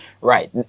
Right